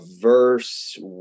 Verse